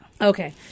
Okay